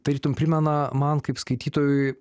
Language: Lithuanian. tarytum primena man kaip skaitytojui